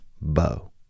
Bow